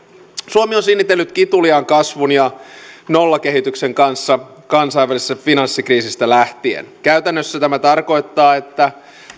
suomi on sinnitellyt kituliaan kasvun ja nollakehityksen kanssa kansainvälisestä finanssikriisistä lähtien käytännössä tämä tarkoittaa että